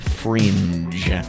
Fringe